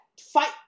fight